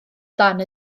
dan